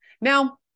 Now